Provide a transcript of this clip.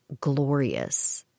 glorious